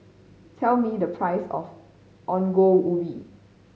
tell me the price of Ongol Ubi